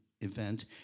event